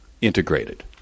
integrated